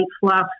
fluff